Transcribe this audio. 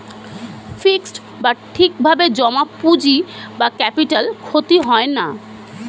fixed বা ঠিক ভাবে জমা পুঁজি বা ক্যাপিটাল ক্ষতি হয় না